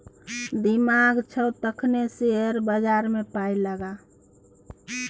दिमाग छौ तखने शेयर बजारमे पाय लगा